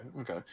okay